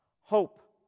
hope